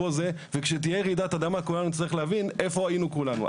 פה זה' וכשתהיה רעידת אדמה כולנו נצטרך להבין איפה היינו כולנו.